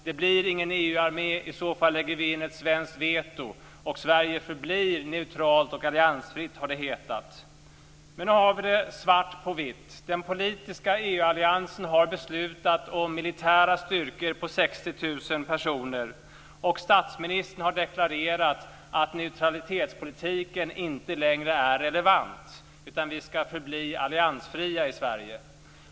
Det blir ingen EU-armé. I så fall lägger vi in ett svenskt veto och Sverige förblir neutralt och alliansfritt, har det hetat. Men nu har vi det i svart på vitt. Den politiska EU-alliansen har beslutat om militära styrkor på 60 000 personer. Statsministern har deklarerat att neutralitetspolitiken inte längre är relevant, utan vi ska förbli alliansfria i Sverige.